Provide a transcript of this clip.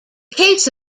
case